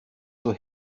zur